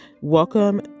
welcome